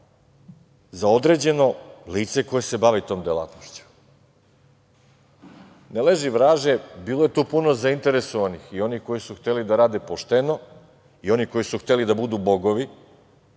za određeno lice koje se bavi tom delatnošću. Ne leži vraže, bilo je tu puno zainteresovanih i onih koji su hteli da rade pošteno i onih koji su hteli da budu bogovi,